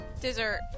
Dessert